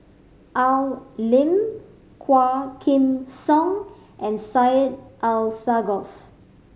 Al Lim Quah Kim Song and Syed Alsagoff